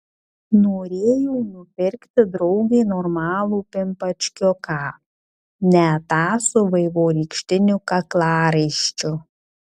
norėjau nupirkti draugei normalų pimpačkiuką ne tą su vaivorykštiniu kaklaraiščiu